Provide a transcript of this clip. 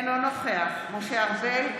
אינו נוכח משה ארבל,